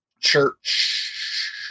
church